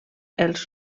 els